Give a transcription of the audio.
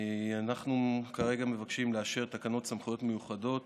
אנחנו כרגע מבקשים לאשר תקנות סמכויות מיוחדות